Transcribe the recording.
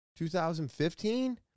2015